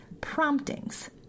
promptings